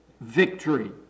victory